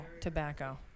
tobacco